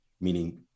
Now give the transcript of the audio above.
meaning